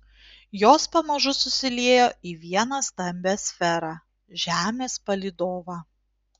jos pamažu susiliejo į vieną stambią sferą žemės palydovą